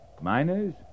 Miners